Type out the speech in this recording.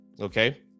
Okay